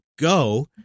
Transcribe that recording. go